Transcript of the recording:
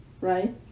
right